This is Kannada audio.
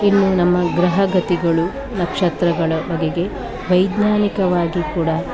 ಇನ್ನು ನಮ್ಮ ಗ್ರಹಗತಿಗಳು ನಕ್ಷತ್ರಗಳ ಬಗೆಗೆ ವೈಜ್ಞಾನಿಕವಾಗಿ ಕೂಡ